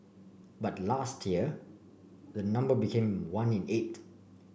but last year the number became one in eight